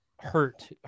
hurt